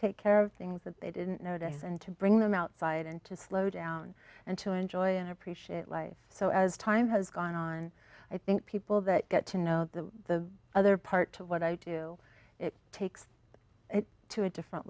take care of things that they didn't notice and to bring them outside and to slow down and to enjoy and appreciate life so as time has gone on i think people that get to know the other part to what i do it takes it to a different